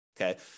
Okay